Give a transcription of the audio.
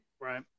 Right